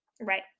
Right